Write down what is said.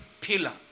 pillar